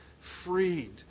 freed